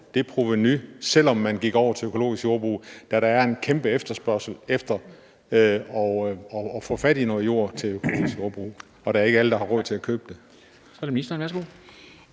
det provenu, selv om man gik over til økologisk jordbrug, da der er en kæmpe efterspørgsel efter at få fat i noget jord til økologisk jordbrug og det ikke er alle, der har råd til at købe den.